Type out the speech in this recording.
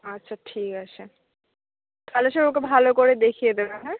আচ্ছা ঠিক আছে তাহলে স্যার ওকে ভালো করে দেখিয়ে দেবেন হ্যাঁ